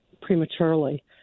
prematurely